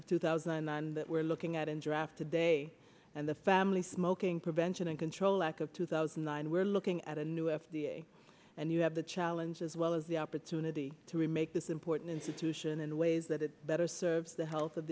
of two thousand and nine that we're looking at in draft today and the family smoking prevention and control act of two thousand and nine we're looking at a new f d a and you have the challenge as well as the opportunity to remake this important institution in ways that it better serves the health of